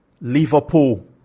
Liverpool